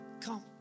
come